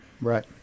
right